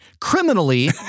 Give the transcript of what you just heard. Criminally